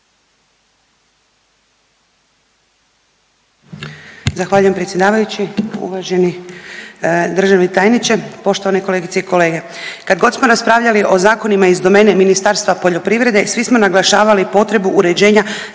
Zahvaljujem predsjedavajući, uvaženi državni tajniče, poštovane kolegice i kolege. Kad god smo raspravljali o zakonima iz domene Ministarstva poljoprivrede svi smo naglašavali potrebu uređenja